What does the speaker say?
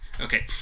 Okay